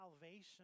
Salvation